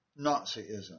Nazism